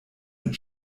mit